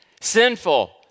sinful